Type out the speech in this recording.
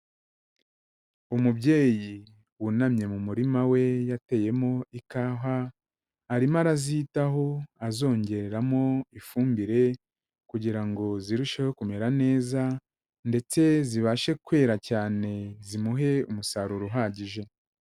Umubyeyi wunamye mu murima we yateyemo ikawa, arimo arazitaho azongeramo ifumbire kugira ngo zirusheho kumera neza, ndetse zibashe kwera cyane zimuhe umusaruro uhagije.